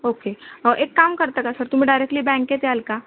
okay एक काम करता का सर तुम्ही डायरेक्ट्लि बँकेत याल का